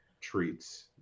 treats